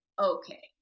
okay